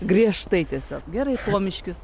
griežtai tiesiog gerai pomiškis